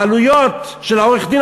העלויות של העורך-דין,